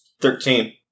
Thirteen